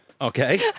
Okay